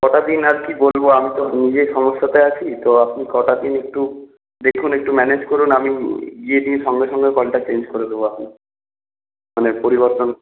কটা দিন আর কি বলবো আমি তো নিজে সমস্যাতে আছি তো আপনি কটা দিন একটু দেখুন একটু ম্যনেজ করুন আমি গিয়ে দিয়ে সঙ্গে সঙ্গে কলটা চেঞ্জ করে দেবো আপনার মানে পরিবর্তন